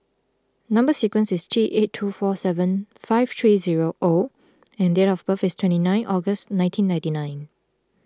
Number Sequence is T eight two four seven five three zero O and date of birth is twenty nine August nineteen ninety nine